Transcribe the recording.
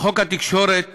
בחוק התקשורת